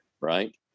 right